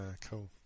cool